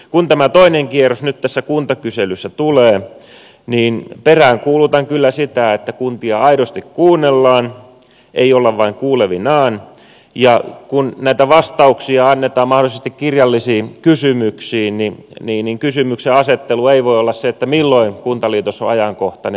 kun tämä toinen kierros nyt tässä kuntakyselyssä tulee niin peräänkuulutan kyllä sitä että kuntia aidosti kuunnellaan ei olla vain kuulevinaan ja kun näitä vastauksia annetaan mahdollisesti kirjallisiin kysymyksiin niin kysymyksenasettelu ei voi olla se milloin kuntaliitos on ajankohtainen